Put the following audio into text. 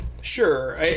Sure